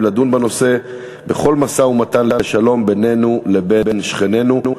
לדון בנושא בכל משא-ומתן לשלום בינינו לבין שכנינו.